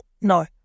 no